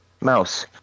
mouse